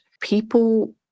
people